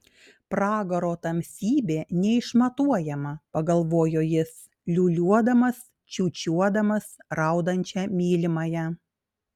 pragaro tamsybė neišmatuojama pagalvojo jis liūliuodamas čiūčiuodamas raudančią mylimąją